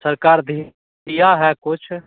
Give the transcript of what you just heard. सरकार धि दिया है कुछ